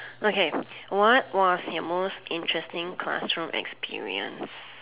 okay what was your most interesting classroom experience